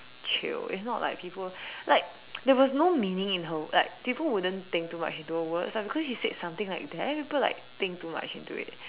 chill if not like people like there was no meaning in her like people wouldn't think too much into her words like because she said something like that people like think too much into it